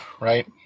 right